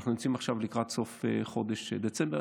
אנחנו נמצאים עכשיו לקראת סוף חודש דצמבר.